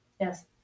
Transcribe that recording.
Yes